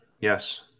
yes